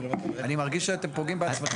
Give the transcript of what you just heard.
אני מרגיש שאתם פוגעים בעצמכם.